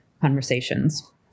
conversations